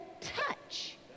touch